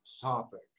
topic